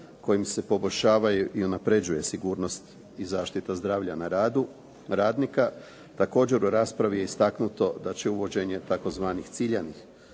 kojim se poboljšava i unapređuje sigurnost i zaštita zdravlja na radu radnika. Također, u raspravi je istaknuto da će uvođenje tzv. ciljanih